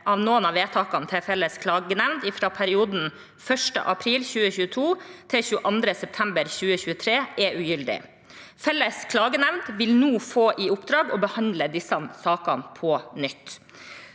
at noen av vedtakene til Felles klagenemnd fra perioden 1. april 2022 til 22. september 2023 er ugyldige. Felles klagenemnd vil nå få i oppdrag å behandle disse sakene på nytt.